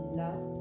love